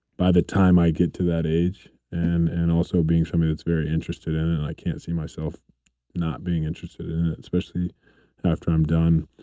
by the time i get to that age and and also being somebody that's very interested in it. and i can't see myself not being interested in it, especially after i'm done.